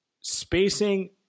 Spacing